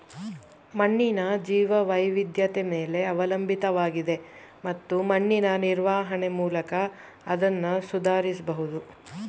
ಮಣ್ಣಿನ ಜೀವವೈವಿಧ್ಯತೆ ಮೇಲೆ ಅವಲಂಬಿತವಾಗಿದೆ ಮತ್ತು ಮಣ್ಣಿನ ನಿರ್ವಹಣೆ ಮೂಲಕ ಅದ್ನ ಸುಧಾರಿಸ್ಬಹುದು